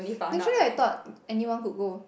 actually I thought anyone could go